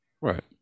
right